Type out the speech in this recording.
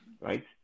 right